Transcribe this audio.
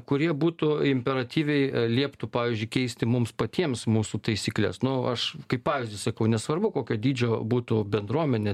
kurie būtų imperatyviai lieptų pavyzdžiui keisti mums patiems mūsų taisykles nu aš kaip pavyzdį sakau nesvarbu kokio dydžio būtų bendruomenė